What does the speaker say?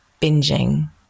binging